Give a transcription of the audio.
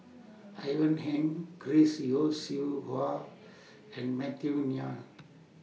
Ivan Heng Chris Yeo Siew Hua and Matthew